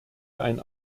ein